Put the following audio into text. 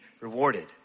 rewarded